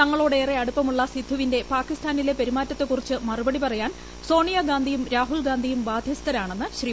തങ്ങളോട് ഏറെ അടുപ്പമുള്ള സിദ്ദുവിന്റെ പാകിസ്ഥാനിലെ പെരുമാറ്റത്തെക്കുറിച്ച് മറുപടി പറയാൻ സോണിയഗാന്ധിയും രാഹുൽഗാന്ധിയും ബാദ്ധ്യസ്ഥരാണെന്ന് ശ്രീ